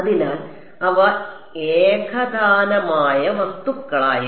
അതിനാൽ അവ ഏകതാനമായ വസ്തുക്കൾക്കായിരുന്നു